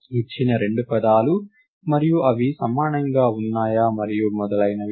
ఇచ్చిన రెండు పదాలు మరియు అవి సమానంగా ఉన్నాయా మరియు మొదలైనవి